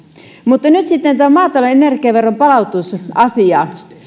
mutta nyt sitten tämä maatalouden energiaveron palautus